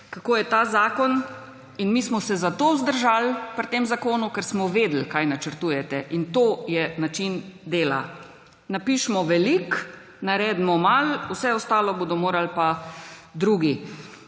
kako je ta zakon in mi smo se zato vzdržali pri tem zakonu, ker smo vedeli, kaj načrtujete. In to je način dela. Napišimo veliko, naredimo malo, vse ostalo bodo morali pa drugi.